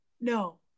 no